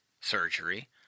surgery